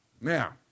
Now